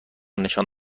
نشان